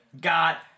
got